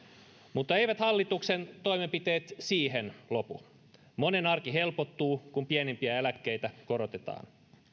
mutta eivät hallituksen toimenpiteet siihen lopu monen arki helpottuu kun pienimpiä eläkkeitä korotetaan